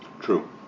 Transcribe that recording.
True